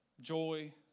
joy